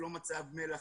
לא מצב מל"ח,